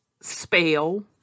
spell